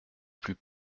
plus